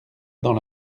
dans